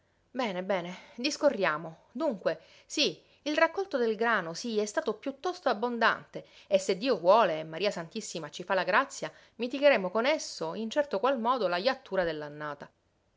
bene bene discorriamo dunque sí il raccolto del grano sí è stato piuttosto abbondante e se dio vuole e maria santissima ci fa la grazia mitigheremo con esso in certo qual modo la jattura